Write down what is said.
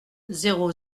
zéro